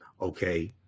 okay